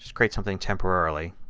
create something temporarily.